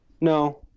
No